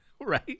right